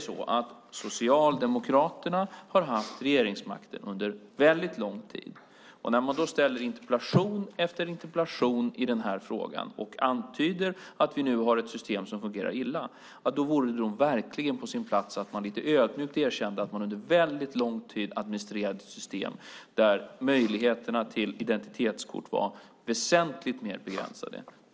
Socialdemokraterna har haft regeringsmakten under väldigt lång tid. När man ställer interpellation efter interpellation i den här frågan och antyder att vi nu har ett system som fungerar illa vore det verkligen på sin plats att man lite ödmjukt erkände att man under väldigt lång tid administrerade ett system där möjligheterna till identitetskort var väsentligt mer begränsade.